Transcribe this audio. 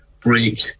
break